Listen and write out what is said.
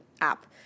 app